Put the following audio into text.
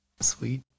Sweet